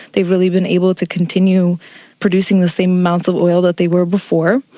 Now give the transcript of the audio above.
they've really been able to continue producing the same amounts of oil that they were before,